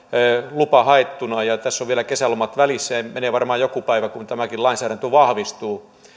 lupa haettuna ja tässä on vielä kesälomat välissä ja menee varmaan joku päivä kun tämäkin lainsäädäntö vahvistuu